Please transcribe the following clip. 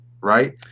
right